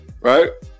Right